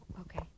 Okay